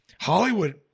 Hollywood